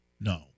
no